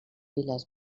viles